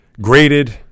graded